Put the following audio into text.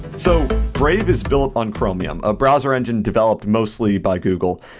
so brave is built on chromium, a browser engine developed mostly by google.